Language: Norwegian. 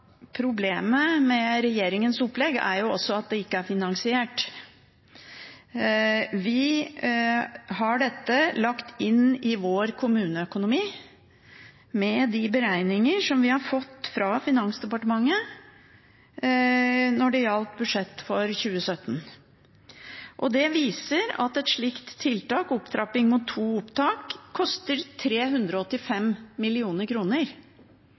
Problemet med regjeringens opplegg er også at det ikke er finansiert. Vi har lagt inn dette i vår kommuneøkonomi med de beregninger som vi har fått fra Finansdepartementet når det gjaldt budsjett for 2017, som viser at et slikt tiltak, opptrapping mot to opptak, koster 385